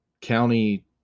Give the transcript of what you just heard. county